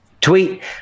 tweet